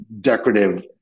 decorative